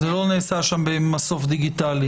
זה לא נעשה שם במסוף דיגיטלי?